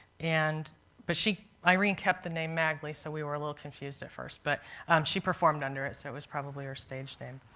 and but irene kept the name magley, so we were a little confused at first. but she performed under it, so it was probably her stage name.